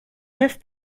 neuf